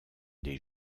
des